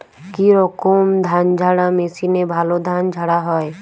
কি রকম ধানঝাড়া মেশিনে ভালো ধান ঝাড়া হয়?